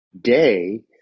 day